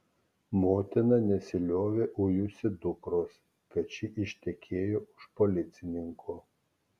motina nesiliovė ujusi dukros kad ši ištekėjo už policininko